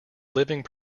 living